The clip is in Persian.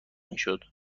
میشد